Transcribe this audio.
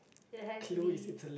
it has to be